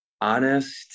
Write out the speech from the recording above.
honest